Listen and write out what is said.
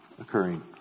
occurring